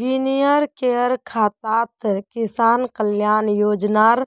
विनयकेर खातात किसान कल्याण योजनार